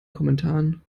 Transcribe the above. kommentaren